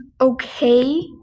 okay